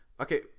okay